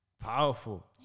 Powerful